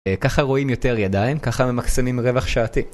ככה רואים יותר ידיים, ככה ממקסמים רווח שעתי.